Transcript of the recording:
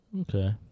Okay